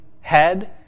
head